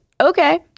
okay